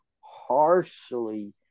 harshly